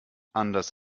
anders